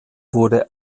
wurde